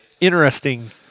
interesting